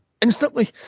instantly